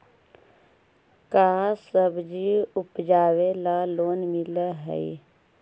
का सब्जी उपजाबेला लोन मिलै हई?